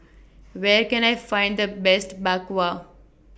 Where Can I Find The Best Bak Kwa